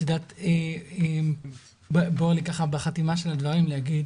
את יודעת, בוער לי בחתימה של הדברים להגיד